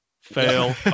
Fail